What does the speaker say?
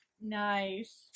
Nice